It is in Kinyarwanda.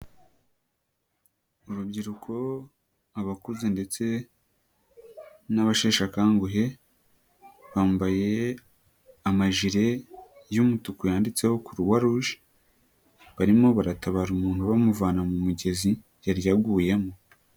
Urubyiruko, abakuze ndetse n'abasheshakanguhe, bambaye amajire y'umutuku, yanditseho Croix-Rouge, barimo baratabara umuntu bamuvana mu mugezi yari yaguyemo.